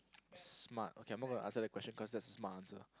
smart okay I'm not going to answer that question cause that's a smart answer